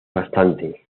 bastante